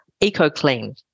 eco-clean